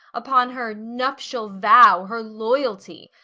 upon her nuptial vow, her loyalty,